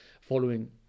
following